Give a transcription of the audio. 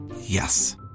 Yes